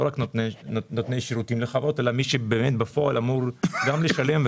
רק נותני שירותים לחברות אלא מי שבאמת בפועל אמור גם לשלם,